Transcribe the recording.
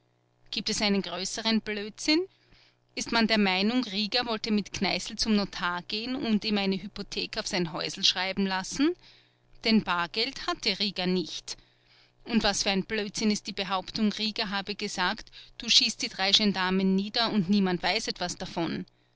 gibt es einen größeren blödsinn ist man der meinung rieger wollte mit kneißl zum notar gehen und ihm eine hypothek auf sein häusel schreiben lassen denn bar geld hatte rieger nicht und was für ein blödsinn ist die behauptung rieger habe gesagt du schießt die drei gendarmen nieder und niemand weiß etwas davon